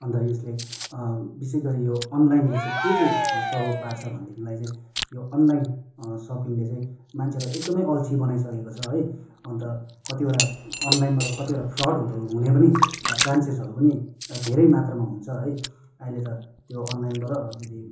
अन्त यसले विशेष गरी यो अनलाइनले चाहिँ के चाहिँ प्रभाव पार्छ भनेदेखिलाई यो अनलाइन सपिङले चाहिँ मान्छेलाई एकदमै अल्छे बनाइसकेके छ है अन्त कतिवटा अनलाइनमा त कतिवटा फ्रड हुने पनि चान्सेसहरू पनि धेरै मात्रामा हुन्छ है अहिले त त्यो अनलाइनबाट अलिकति